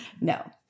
no